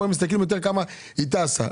פה הם מסתכלים כמה היא טסה.